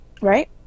right